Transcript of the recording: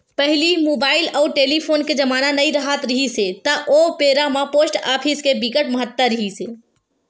पहिली मुबाइल अउ टेलीफोन के जमाना नइ राहत रिहिस हे ता ओ बेरा म पोस्ट ऑफिस के बिकट महत्ता रिहिस हे